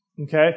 Okay